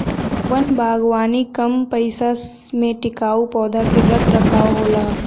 वन बागवानी कम पइसा में टिकाऊ पौधा क रख रखाव होला